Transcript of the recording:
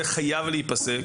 וזה חייב להפסק.